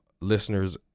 listeners